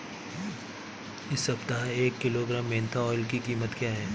इस सप्ताह एक किलोग्राम मेन्था ऑइल की कीमत क्या है?